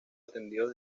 atendidos